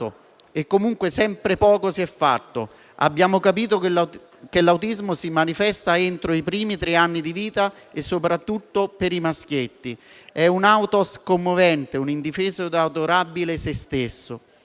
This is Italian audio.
e comunque sempre poco si è fatto. Abbiamo capito che l'autismo si manifesta entro i primi tre anni di vita e soprattutto per i maschietti. È un αὐτός commovente, un indifeso e adorabile se stesso.